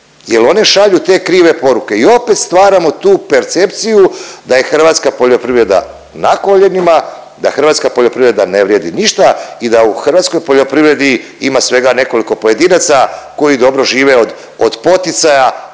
jer one šalju te krive poruke i opet stvaramo tu percepciju da je hrvatska poljoprivreda na koljenima, da hrvatska poljoprivreda ne vrijedi ništa i da u hrvatskoj poljoprivredi ima svega nekoliko pojedinaca koji dobro žive od poticaja,